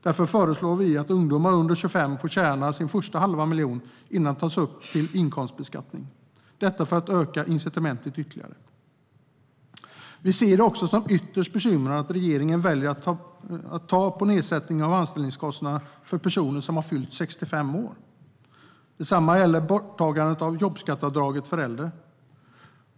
Därför föreslår vi att ungdomar under 25 år får tjäna sin första halva miljon innan pengarna tas upp till inkomstbeskattning, detta för att öka incitamenten ytterligare. Vi ser det också som ytterst bekymrande att regeringen väljer att minska nedsättningen av anställningskostnaderna för personer som fyllt 65 år. Detsamma gäller borttagandet av jobbskatteavdraget för äldre.